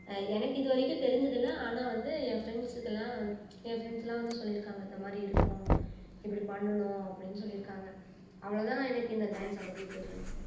எனக்கு இது வரைக்கும் தெரிஞ்சதில்ல ஆனால் வந்து என் ஃப்ரெண்ட்ஸுக்கேல்லாம் ஏன் ஃப்ரெண்ட்ஸ்லாம் வந்து சொல்லியிருக்காங்க இந்த மாதிரி இருக்கும் இப்படி பண்ணனும் அப்படின்னு சொல்லியிருக்காங்க அவ்வளோ தான் எனக்கு இந்த டான்ஸை பற்றி தெரியும்